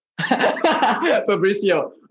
Fabricio